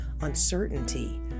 uncertainty